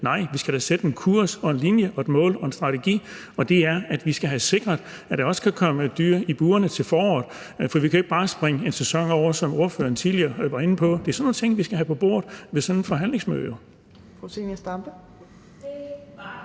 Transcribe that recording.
nej, vi skal da sætte en kurs og en linje og et mål og en strategi, og det er, at vi skal have sikret, at der også kan komme dyr i burene til foråret. For vi kan jo ikke bare springe en sæson over, som ordføreren tidligere var inde på. Det er jo sådan nogle ting, vi skal have på bordet til sådan et forhandlingsmøde.